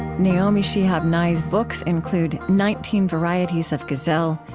naomi shihab nye's books include nineteen varieties of gazelle,